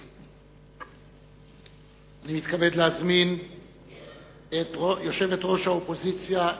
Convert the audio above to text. אני מתכבד להזמין את יושבת-ראש האופוזיציה,